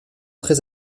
très